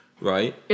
right